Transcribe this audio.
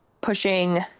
pushing